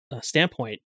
standpoint